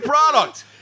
product